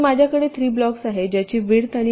तर माझ्याकडे 3 ब्लॉक्स आहेत ज्यांची विड्थ आणि